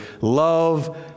love